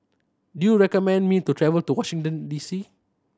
do you recommend me to travel to Washington D C